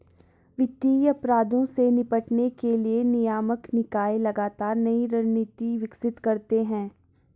वित्तीय अपराधों से निपटने के लिए नियामक निकाय लगातार नई रणनीति विकसित करते हैं